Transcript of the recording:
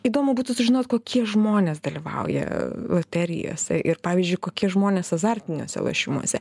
įdomu būtų sužinot kokie žmonės dalyvauja loterijose ir pavyzdžiui kokie žmonės azartiniuose lošimuose